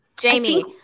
Jamie